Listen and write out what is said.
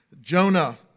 Jonah